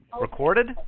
Recorded